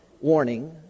warning